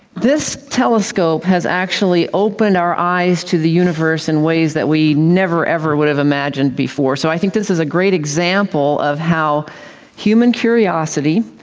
this telescope has actually opened our eyes to the universe in ways that we never, ever would have imagined before. so i think this is a great example of how human curiosity,